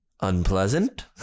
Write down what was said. Unpleasant